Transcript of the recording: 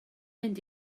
mynd